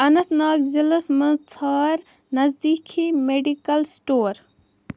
اَننت ناگ ضِلعس منٛز ژھار نزدیٖکی مٮ۪ڈِکل سٕٹور